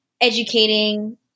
educating